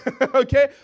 okay